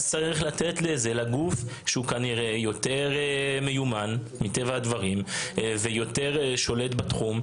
אז צריך לתת לגוף שהוא כנראה יותר מיומן מטבע הדברים ויותר שולט בתחום,